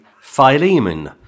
Philemon